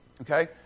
Okay